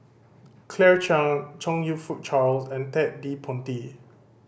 Claire Chiang Chong You Fook Charles and Ted De Ponti